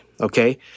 Okay